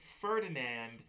Ferdinand